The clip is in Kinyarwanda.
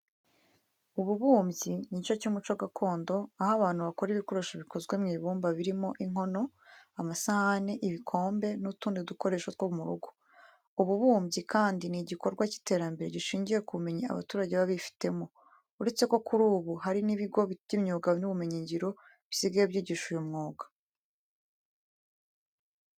Ububumbyi ni igice cy'umuco gakondo, aho abantu bakora ibikoresho bikozwe mu ibumba birimo inkono, amasahani, ibikombe n'utundi dukoresho two mu rugo. Ububumbyi kandi ni igikorwa cy'iterambere gishingiye ku bumenyi abaturage baba bifitemo, uretse ko kuri ubu hari n'ibigo by'imyuga n'ubumenyingiro bisigaye byigisha uyu mwuga.